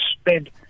spread